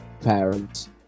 parents